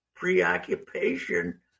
preoccupation